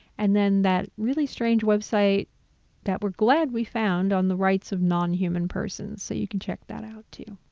and then that really strange website that we're glad we found on the rights of non-human persons. so you can check that out too.